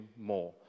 more